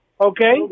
okay